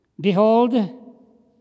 Behold